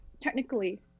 technically